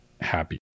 happy